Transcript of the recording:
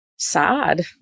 sad